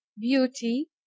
beauty